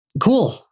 Cool